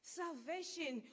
salvation